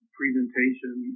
presentation